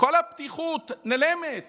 כל הפתיחות נעלמת